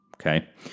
okay